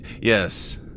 Yes